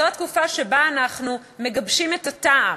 זו התקופה שבה אנחנו מגבשים את הטעם,